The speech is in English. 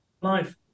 life